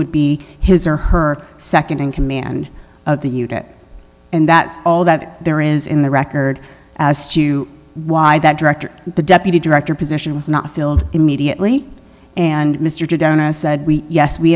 would be his or her nd in command of the unit and that's all that there is in the record as to why that director the deputy director position was not filled immediately and mr downer said we yes we